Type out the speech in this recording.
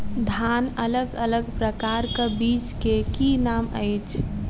धान अलग अलग प्रकारक बीज केँ की नाम अछि?